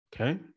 Okay